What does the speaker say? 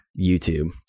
YouTube